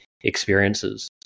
experiences